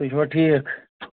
تُہۍ چھِوا ٹھیٖک